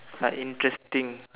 like interesting